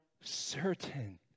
certain